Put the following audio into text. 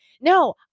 no